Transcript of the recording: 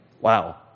Wow